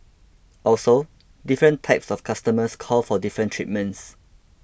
also different types of customers call for different treatments